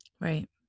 Right